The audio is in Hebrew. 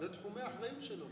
אלה תחומי האחריות שלו.